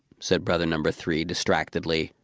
said brother number three distractedly,